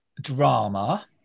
drama